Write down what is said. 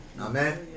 amen